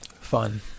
fun